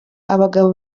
abagabo